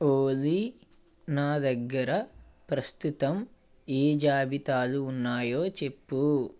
ఓలీ నా దగ్గర ప్రస్తుతం ఏ జాబితాలు ఉన్నాయో చెప్పుము